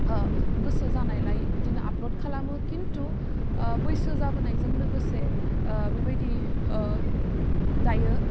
गोसो जानायलाय बिदिनो आपलड खालामो खिन्थु बैसो जाबोनायजों लोगोसे बेबायदि दायो